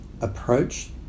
approach